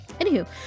anywho